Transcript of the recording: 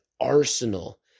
arsenal